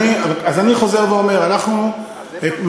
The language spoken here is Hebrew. אז אני חוזר ואומר: אנחנו מזמינים